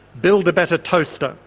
build a better toaster,